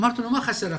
אמרתי לו, מה חסר עכשיו?